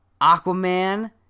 Aquaman